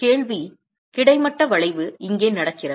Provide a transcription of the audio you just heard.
கேள்வி கிடைமட்ட வளைவு இங்கே நடக்கிறதா